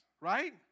right